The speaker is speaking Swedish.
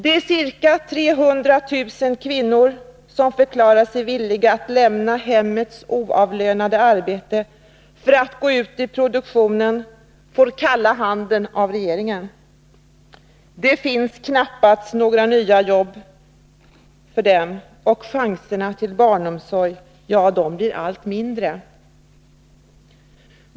De ca 300 000 kvinnor som förklarat sig villiga att lämna hemmets oavlönade arbete för att gå ut i produktionen får kalla handen av regeringen. Det finns knappast några nya jobb för dem, och chanserna till barnomsorg blir allt mindre.